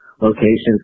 locations